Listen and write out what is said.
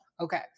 okay